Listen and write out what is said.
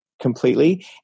completely